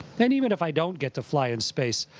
and even if i don't get to fly in space,